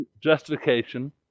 justification